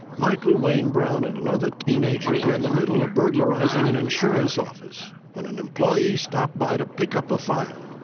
michael wayne brown and another teenager were in the middle of burglarizing an insurance office when an employee stopped by to pick up a file.